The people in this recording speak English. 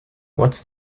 what’s